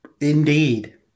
Indeed